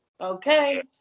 Okay